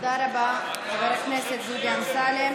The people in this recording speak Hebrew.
תודה רבה לחבר הכנסת דודי אמסלם.